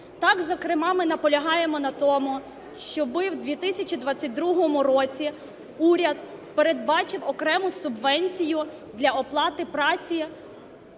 Так, зокрема, ми наполягаємо на тому, щоб в 2022 році уряд передбачив окрему субвенцію для оплати праці